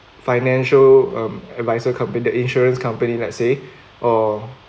financial um adviser the insurance company let's say or